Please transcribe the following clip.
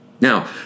Now